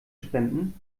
spenden